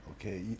Okay